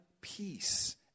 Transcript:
peace